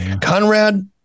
Conrad